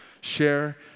Share